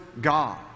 God